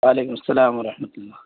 وعلیکم السلام ورحمۃ اللہ